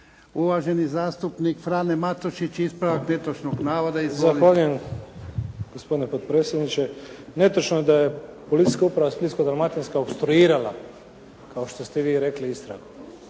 Uvaženi zastupnik Frane Matušić, ispravak netočnog navoda. Izvolite. **Matušić, Frano (HDZ)** Zahvaljujem gospodine potpredsjedniče. Netočno je da je Policijska uprava Splitsko-dalmatinska opstruirala kao što ste vi rekli, istragu.